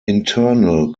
internal